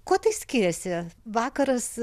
kuo skiriasi vakaras